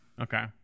Okay